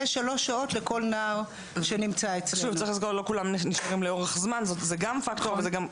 לא כולם נשארים לאורך זמן, זה גם פקטור.